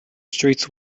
streets